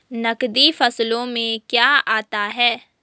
नकदी फसलों में क्या आता है?